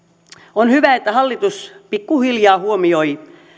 on hyvä että hallitus pikkuhiljaa huomioi